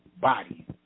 body